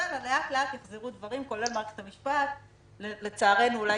אלא לאט-לאט יחזרו דברים כולל מערכת המשפט ולצערנו אולי